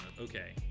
Okay